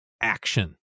action